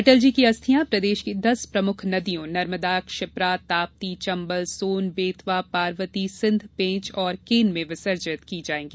अटलजी की अस्थियां प्रदेश की दस प्रमुख नदियों नर्मदा क्षिप्रा ताप्ती चम्बल सोन बेतवा पार्वती सिंध पेंच और केन में विसर्जित की जायेंगी